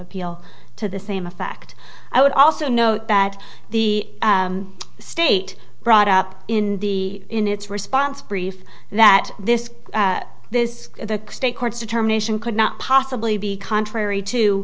appeal to the same effect i would also note that the state brought up in the in its response brief that this this the state courts determination could not possibly be contrary to